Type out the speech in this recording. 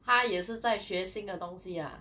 他也是在学新的东西 lah